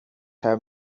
have